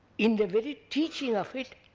in the very teaching of it